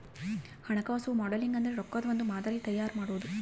ಹಣಕಾಸು ಮಾಡೆಲಿಂಗ್ ಅಂದ್ರೆ ರೊಕ್ಕದ್ ಒಂದ್ ಮಾದರಿ ತಯಾರ ಮಾಡೋದು